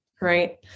right